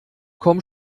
komm